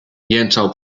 jęczał